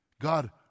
God